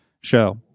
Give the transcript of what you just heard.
show